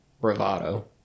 bravado